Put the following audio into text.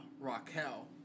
Raquel